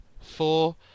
four